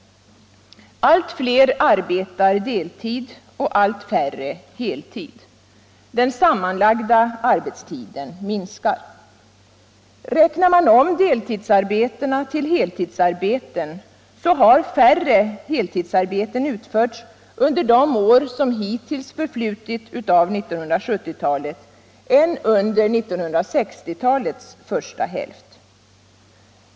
Allt fler arbetar deltid och allt färre heltid. Den sammanlagda arbetstiden minskar. Räknar man om deltidsarbetena till heltidsarbeten finner man att färre heltidsarbeten har utförts under de år som hittills har förflutit av 1970-talet än under 1960-talets första hälft.